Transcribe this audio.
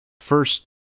first